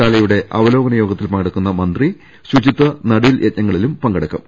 ശാലയുടെ അവലോകന യോഗ ത്തിൽ പങ്കെടുക്കുന്ന മന്ത്രി ശുചിത്വ നടീൽ യജ്ഞത്തിലും പങ്കെ ടുക്കും